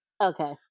Okay